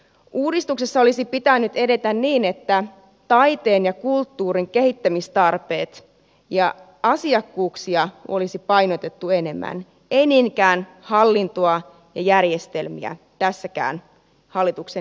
uudistuksessa olisi pitänyt edetä niin että taiteen ja kulttuurin kehittämistarpeita ja asiakkuuksia olisi painotettu enemmän ei niinkään hallintoa ja järjestelmiä tässäkään hallituksen esityksessä